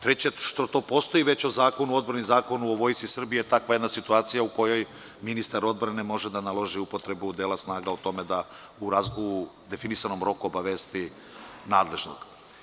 Treće, što to postoji već u Zakonu o odbrani, Zakonu o Vojsci Srbije, takva jedna situacija u kojoj ministar odbrane može da naloži upotrebu dela snaga o tome da u definisanom roku obavesti nadležnog.